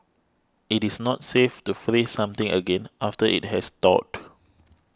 it is not safe to freeze something again after it has thawed